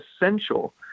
essential